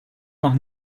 noch